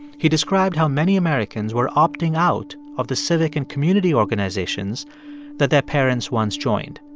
he described how many americans were opting out of the civic and community organizations that their parents once joined.